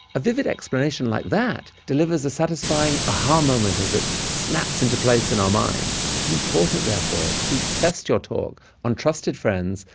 a vivid explanation like that delivers a satisfying aha moment as it snaps into place in our minds. it's important, therefore, to test your talk on trusted friends,